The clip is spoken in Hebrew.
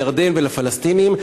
לירדן ולפלסטינים,